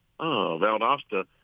Valdosta